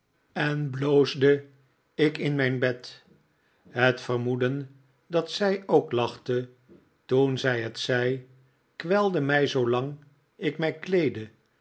en bloosde ik in mijn bed het vermoeden dat zij ook lachte toen zij het zei kwelde mij zoolang ik mij kleedde